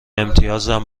امتیازم